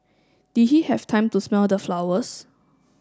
did he have time to smell the flowers